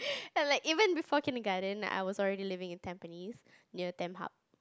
and like even before Kindergarten I was already living in Tampines near tamp hub